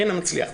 רינה מצליח,